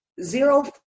Zero